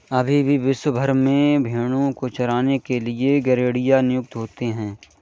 अभी भी विश्व भर में भेंड़ों को चराने के लिए गरेड़िए नियुक्त होते हैं